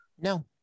No